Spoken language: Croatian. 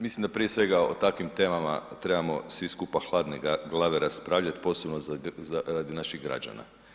Mislim da prije svega o takvim temama trebamo svi skupa hladne glave raspravljati, posebno radi naših građana.